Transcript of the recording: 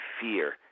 fear